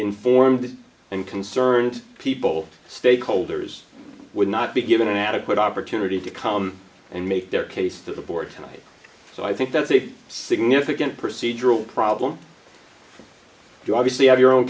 informed and concerned people stakeholders would not be given an adequate opportunity to come and make their case to the board so i think that's a significant procedural problem you obviously have your own